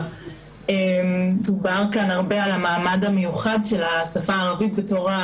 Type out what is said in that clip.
עמותת סיכוי וועד ההורים הארצי של החברה הערבית לקבוצה